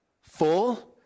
full